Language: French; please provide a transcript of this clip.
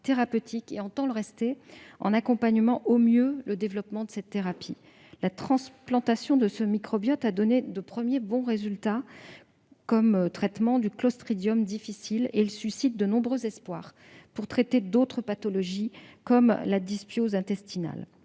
thérapeutiques et entend le rester, en accompagnant au mieux le développement de cette thérapie. La transplantation de ce microbiote a donné de premiers bons résultats comme traitement du Clostridium difficile et suscite de nombreux espoirs pour traiter d'autres pathologies comme la dysbiose intestinale.